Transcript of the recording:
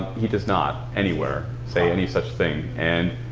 he does not anywhere say any such thing and,